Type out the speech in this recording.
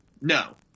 No